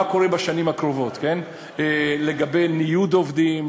מה קורה בשנים הקרובות לגבי ניוד עובדים,